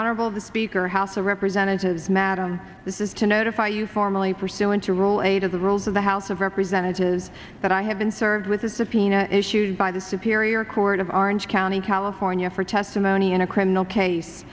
honorable the speaker house of representatives madam this is to notify you formally pursuant to roll eight of the rules of the house of representatives that i have been served with a subpoena issued by the superior court of orange county california for testimony in a criminal case